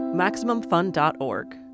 MaximumFun.org